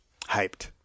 Hyped